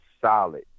solid